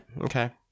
okay